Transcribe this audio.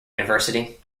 university